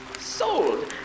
Sold